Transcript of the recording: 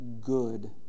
good